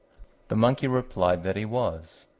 the monkey replied that he was,